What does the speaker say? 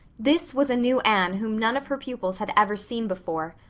this was a new anne whom none of her pupils had ever seen before.